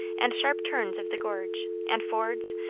and sharp turns of the gorge, and fords,